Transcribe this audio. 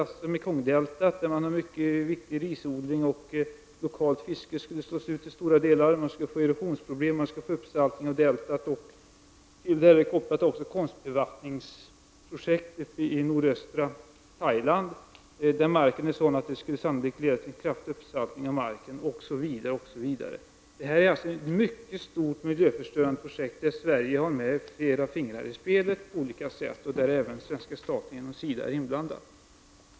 Mekongdeltat, där man har en viktig risodling och lokalt fiske, skulle också till stora delar slås ut. Man skulle få erosionsproblem och uppsaltning av deltat. Till detta är också kopplat ett konstbevattningsprojekt i nordöstra Thailand, där marken är sådan att detta sannolikt skulle leda till en kraftig uppsaltning av marken, osv. Detta är alltså ett mycket stort miljöförstörande projekt, där Sverige har flera fingrar med i spelet och där även svenska staten genom SIDA är inblandad.